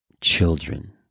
children